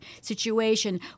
situation